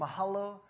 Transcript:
mahalo